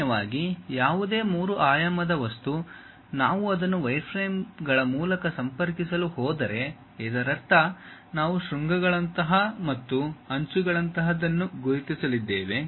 ಸಾಮಾನ್ಯವಾಗಿ ಯಾವುದೇ ಮೂರು ಆಯಾಮದ ವಸ್ತು ನಾವು ಅದನ್ನು ವೈರ್ಫ್ರೇಮ್ಗಳ ಮೂಲಕ ಸಂಪರ್ಕಿಸಲು ಹೋದರೆ ಇದರರ್ಥ ನಾವು ಶೃಂಗಗಳಂತಹ ಮತ್ತು ಅಂಚುಗಳಂತಹದನ್ನು ಗುರುತಿಸಲಿದ್ದೇವೆ